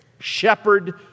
shepherd